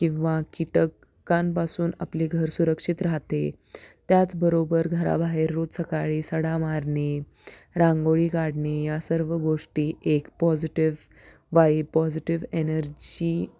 किंवा कीटकांपासून आपले घर सुरक्षित राहते त्याचबरोबर घराबाहेर रोज सकाळी सडा मारणे रांगोळी काढणे या सर्व गोष्टी एक पॉझिटिव्ह वाईब पॉझिटिव एनर्जी